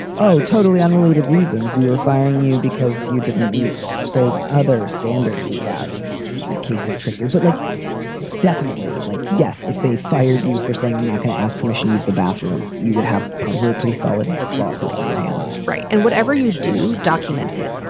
oh, totally unrelated reasons, we were firing you because you didn't meet those other standards, we have your cases trickier, but like definitely like. yes, if they fired you for saying, i'm not going to ask permission, use the bathroom, you would have probably a pretty solid lawsuit on your hands right. and whatever you do, document it.